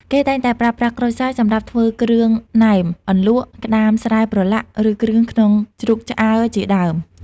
គេតែងតែប្រើប្រាស់ក្រូចសើចសម្រាប់ធ្វើគ្រឿងណែម អន្លក់ ក្តាមស្រែប្រឡាក់ ឬគ្រឿងក្នុងជ្រូកឆ្អើរជាដើម។